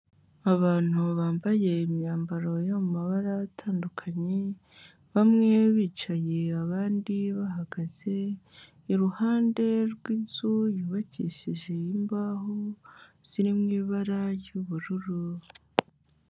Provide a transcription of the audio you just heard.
Abantu bambaye imyambaro yo mu mabara atandukanye, bamwe bicaye abandi bahagaze, iruhande rw'inzu yubakishije imbaho ziri mu ibara ry'ubururu.